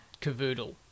Cavoodle